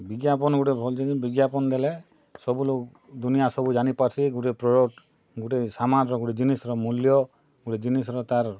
ବିଜ୍ଞାପନ୍ ଗୁଟେ ଭଲ୍ ଜିନିଷ୍ ବିଜ୍ଞାପନ୍ ଦେଲେ ସବୁ ଲୋକ୍ ଦୁନିଆର ସବୁ ଜାନି ପାର୍ସି ଗୁଟେ ପ୍ରଡ଼କ୍ଟ ଗୁଟେ ସାମାନ୍ର ଗୁଟେ ଜିନିଷ୍ର ମୁଲ୍ୟ ଗୁଟେ ଜିନିଷ୍ର ତା'ର୍